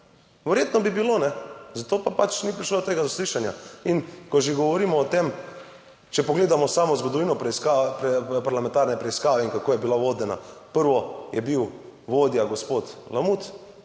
Verjetno bi bilo, kajne, zato pa pač ni prišlo do tega zaslišanja. In, ko že govorimo o tem, če pogledamo samo zgodovino parlamentarne preiskave in kako je bila vodena. Prvo je bil vodja gospod Lamut,